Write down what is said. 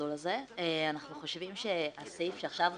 במסלול הזה, אנחנו חושבים שהסעיף שעכשיו הוסף,